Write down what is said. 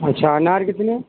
अच्छा अनार कितने